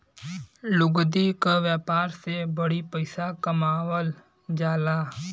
लुगदी क व्यापार से बड़ी पइसा कमावल जाला